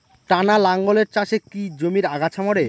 টানা লাঙ্গলের চাষে কি জমির আগাছা মরে?